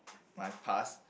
my past